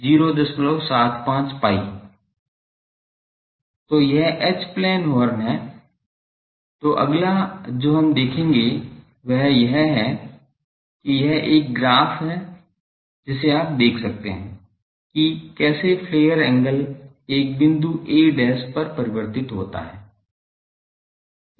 तो यह H plane horn है तो अगला जो हम देखते हैं वह यह है कि यह एक ग्राफ है जिसे आप देख सकते हैं कि कैसे फ्लेयर एंगल एक बिंदु a' पर परिवर्तित होता है